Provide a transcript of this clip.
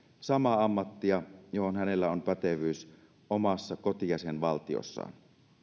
samaa ammattia johon hänellä on pätevyys omassa kotijäsenvaltiossaan